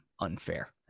unfair